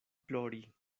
plori